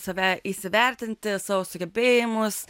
save įsivertinti savo sugebėjimus